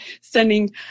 sending